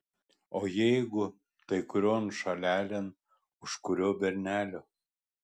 o jeigu tai kurion šalelėn už kurio bernelio